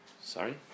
Sorry